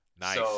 nice